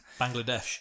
Bangladesh